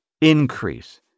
increase